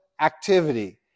activity